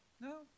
no